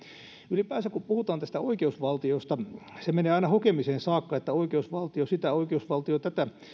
ylipäänsä kun puhutaan oikeusvaltiosta se menee aina hokemiseen saakka että oikeusvaltio sitä oikeusvaltio tätä